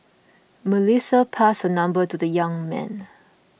Melissa passed her number to the young man